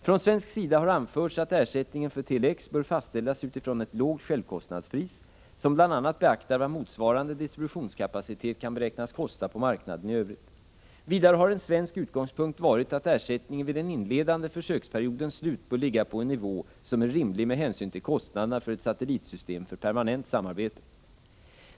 Från svensk sida har anförts att ersättningen för Tele-X bör fastställas utifrån ett lågt sjävkostnadspris som bl.a. beaktar vad motsvarande distributionskapacitet kan beräknas kosta på marknaden i övrigt. Vidare har en svensk utgångspunkt varit att ersättningen vid den inledande försöksperiodens slut bör ligga på en nivå som är rimlig med hänsyn till kostnaderna för ett satellitsystem för permanent samarbete.